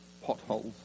Potholes